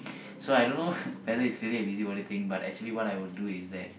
so I don't know whether is really a busy body thing but actually what I will do is that